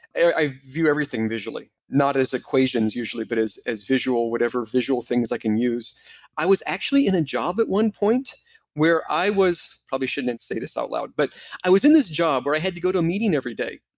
i view everything visually, not as equations, usually, but as as visual, whatever visual things i can use i was actually in a job at one point where i was. probably shouldn't say this out loud but i was in this job where i had to go to a meeting every day.